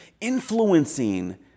influencing